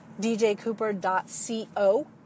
djcooper.co